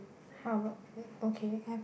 how about okay